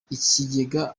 ikigega